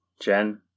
Jen